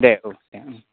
दे औ दे